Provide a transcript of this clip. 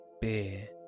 beer